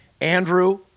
Andrew